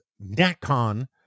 NatCon